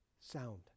Sound